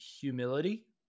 Humility